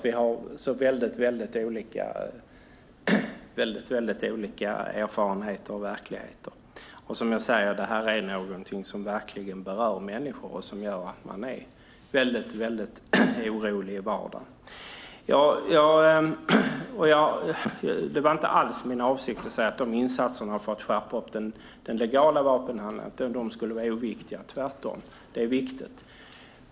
Vi har väldigt olika erfarenheter av verkligheten. Som jag säger är det här någonting som verkligen berör människor och som gör att man är väldigt orolig i vardagen. Det var inte alls min avsikt att säga att insatserna för att skärpa den legala vapenhandeln skulle vara oviktiga - tvärtom är de viktiga.